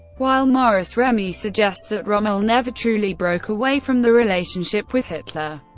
while maurice remy suggests that rommel never truly broke away from the relationship with hitler,